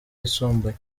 yisumbuye